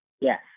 Yes